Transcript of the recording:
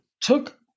took